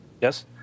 yes